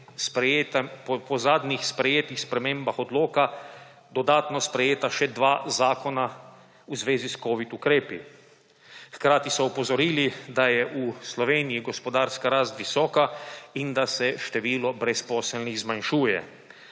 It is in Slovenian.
po zadnjih sprejetih spremembah odloka dodatno sprejeta še dva zakona v zvezi s covid ukrepi. Hkrati so opozorili, da je v Sloveniji gospodarska rast visoka in da se število brezposelnih zmanjšuje.